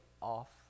Off